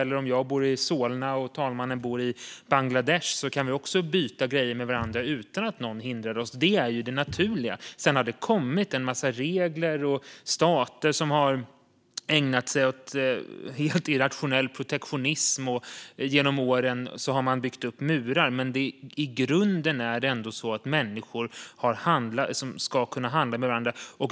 Eller om jag bor i Solna och talmannen bor i Bangladesh kan vi byta grejer med varandra utan att någon hindrar oss. Det är ju det naturliga. Sedan har det kommit en massa regler. Stater har ägnat sig åt irrationell protektionism, och genom åren har man byggt upp murar. Men i grunden ska människor ändå kunna handla med varandra.